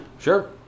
sure